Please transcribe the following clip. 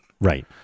right